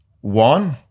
One